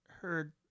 heard